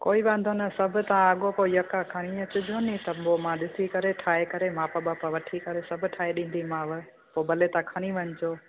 कोई वांदो न सभु तव्हां अॻोपो यका खणी अचिजो न पोइ मां ॾिसी करे ठाहे करे मापु बापु वठी करे सभु ठाहे ॾींदीमांव पोइ भले तव्हां खणी वञिजो